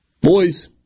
Boys